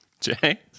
Jay